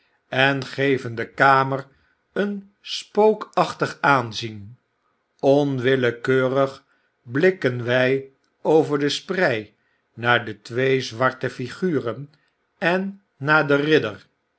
en geven de kamer een spookachtig aanzien onwillekeurig blikken wy over de sprei naar de twee zwarte figuren en naar den ridder